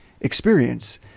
experience